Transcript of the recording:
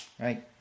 right